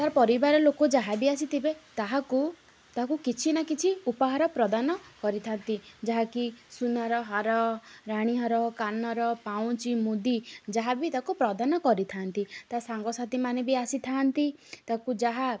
ତ ପରିବାର ଲୋକ ଯାହା ବି ଆସିଥିବେ ତାହାକୁ ତାକୁ କିଛି ନା କିଛି ଉପହାର ପ୍ରଦାନ କରିଥାନ୍ତି ଯାହାକି ସୁନାର ହାର ରାଣୀ ହାର କାନର ପାଉଁଜି ମୁଦି ଯାହା ବି ତାକୁ ପ୍ରଦାନ କରିଥାନ୍ତି ତା ସାଙ୍ଗସାଥିମାନେେ ବି ଆସିଥାନ୍ତି ତାକୁ ଯାହା